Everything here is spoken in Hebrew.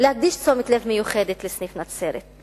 תשומת לב מיוחדת לסניף נצרת,